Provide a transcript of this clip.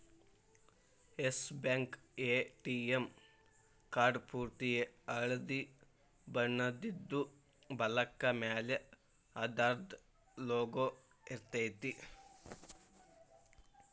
S Bank ATM card ಪೂರ್ತಿ ಹಳ್ದಿ ಬಣ್ಣದಿದ್ದು, ಬಲಕ್ಕ ಮ್ಯಾಲೆ ಅದರ್ದ್ ಲೊಗೊ ಇರ್ತೆತಿ